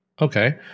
okay